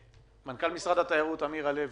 מנכ"ל משרד התיירות אמיר הלוי.